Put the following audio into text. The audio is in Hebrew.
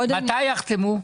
מתי יחתמו?